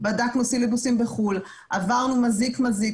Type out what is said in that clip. בדקנו סילבוסים בחו"ל, עברנו מזיק מזיק.